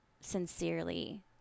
sincerely